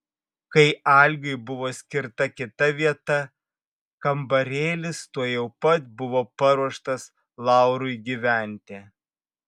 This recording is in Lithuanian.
kai algiui buvo skirta kita vieta kambarėlis tuojau pat buvo paruoštas laurui gyventi